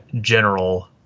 General